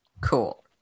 Cool